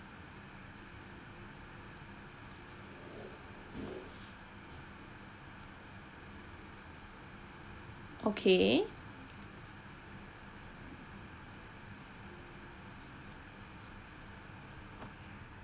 okay